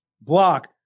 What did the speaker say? block